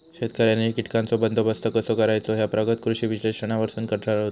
शेतकऱ्यांनी कीटकांचो बंदोबस्त कसो करायचो ह्या प्रगत कृषी विश्लेषणावरसून ठरवतत